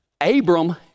Abram